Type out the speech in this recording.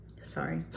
Sorry